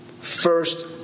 first